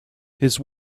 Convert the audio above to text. his